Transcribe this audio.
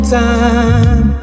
time